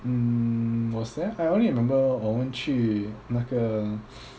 mm was there I only remember 我们去那个